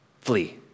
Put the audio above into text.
Flee